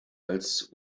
als